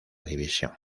división